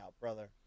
brother